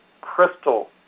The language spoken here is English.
crystal